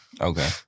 Okay